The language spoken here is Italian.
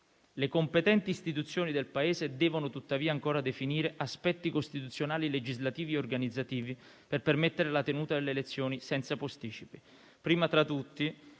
Le competenti Istituzioni del Paese devono tuttavia ancora definire aspetti costituzionali, legislativi e organizzativi per permettere la tenuta delle elezioni senza posticipi, prima tra tutti